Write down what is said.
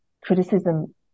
criticism